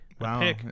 Wow